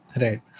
Right